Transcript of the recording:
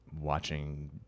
watching